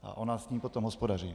A ona s ním potom hospodaří.